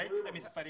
ראיתי את המספרים.